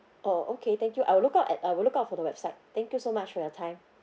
oh okay thank you I will look out at I will look out for the website thank you so much for your time